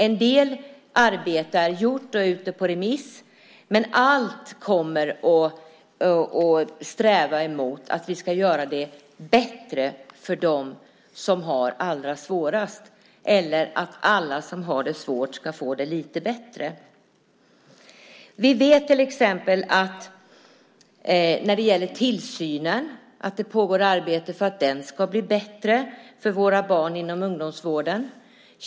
En del arbete är gjort och är ute på remiss, men allt kommer att sträva emot att vi ska göra det bättre för dem som har det allra svårast eller att alla som har det svårt ska få det lite bättre. Vi vet till exempel att det pågår arbete för att tillsynen ska bli bättre för våra barn inom ungdomsvården.